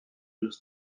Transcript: los